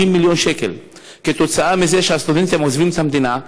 מיליון שקל כתוצאה מזה שהסטודנטים עוזבים את המדינה.